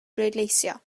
bleidleisio